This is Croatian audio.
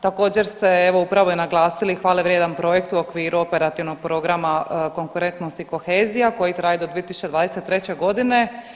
Također ste evo upravo i naglasili hvale vrijedan projekt u okviru operativnog programa konkurentnost i kohezija koji traje do 2023. godine.